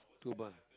to buy